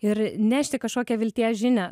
ir nešti kažkokią vilties žinią